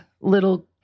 little